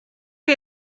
chi